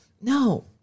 No